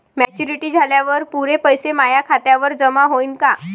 Maturity झाल्यावर पुरे पैसे माया खात्यावर जमा होईन का?